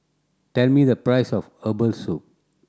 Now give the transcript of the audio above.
tell me the price of herbal soup